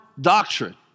doctrine